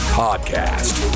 podcast